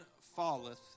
falleth